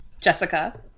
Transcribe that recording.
jessica